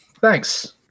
Thanks